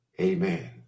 Amen